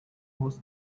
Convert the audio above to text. was